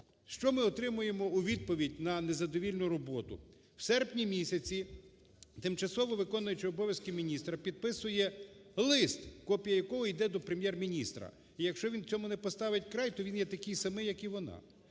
Що ми отримуємо у відповідь на незадовільну роботу? У серпні місяці тимчасово виконуючий обов'язки міністра підписує лист, копія якого йде до Прем'єр-міністра, і якщо він цьому не поставить край, то він є такий самий, як і вона.